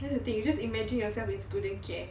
that's the thing you just imagine yourself in student care